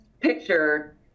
picture